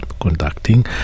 conducting